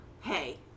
Hey